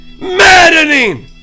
maddening